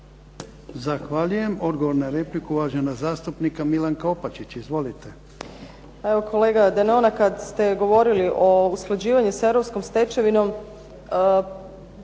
Zahvaljujem. Odgovor na repliku, uvažena zastupnica Milanka Opačić. Izvolite. **Opačić, Milanka (SDP)** Evo kolega Denona, kad ste govorili o usklađivanju s europskom stečevinom